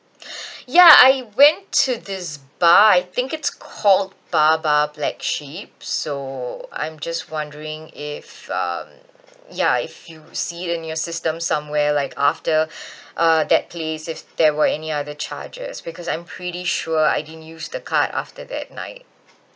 ya I went to this bar I think it's called bar bar black sheep so I'm just wondering if um ya if you see it in your system somewhere like after uh that place if there were any other charges because I'm pretty sure I didn't use the card after that night